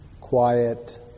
quiet